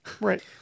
Right